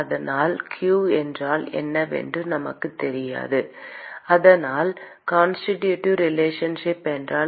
அதனால் q என்றால் என்னவென்று நமக்குத் தெரியாது அதனால் கன்ஸ்டிடியூட்டிவ் ரிலேஷன்ஷிப் என்றால்